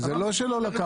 אבל זה לא שלא לקחת.